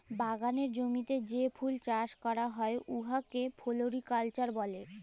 বাগালের জমিতে যে ফুল চাষ ক্যরা হ্যয় উয়াকে ফোলোরিকাল্চার ব্যলে